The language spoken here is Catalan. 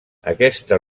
aquesta